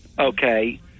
okay